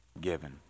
given